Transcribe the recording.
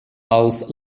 als